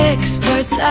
Experts